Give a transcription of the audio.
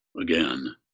Again